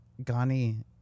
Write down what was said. Ghani